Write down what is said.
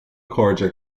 chairde